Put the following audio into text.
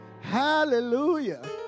hallelujah